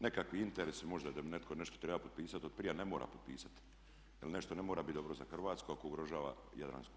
Nekakvi interesi možda da bi netko nešto trebao potpisati od prije ne mora potpisati jer nešto ne mora biti dobro za Hrvatsku ako ugrožava Jadransko more.